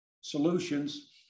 solutions